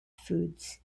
foods